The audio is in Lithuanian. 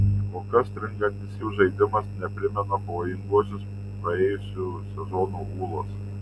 kol kas stringantis jų žaidimas neprimena pavojingosios praėjusių sezonų ūlos